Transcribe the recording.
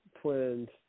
Twins